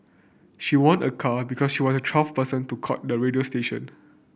she won a car because she was the twelfth person to call the radio station